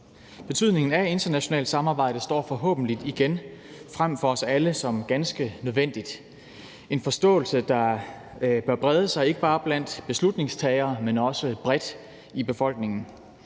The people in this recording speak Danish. Betydningen af internationalt samarbejde fremstår forhåbentlig igen for os alle som ganske stor – en forståelse, der bør brede sig, ikke bare blandt beslutningstagere, men også bredt i befolkningen,